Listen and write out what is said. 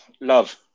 love